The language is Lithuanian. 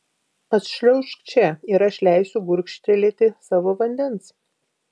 atšliaužk čia ir aš leisiu gurkštelėti savo vandens